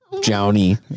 Johnny